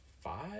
five